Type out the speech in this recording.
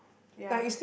ya